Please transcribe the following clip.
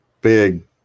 big